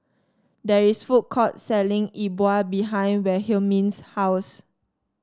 there is a food court selling E Bua behind Wilhelmine's house